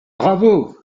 bravo